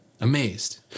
Amazed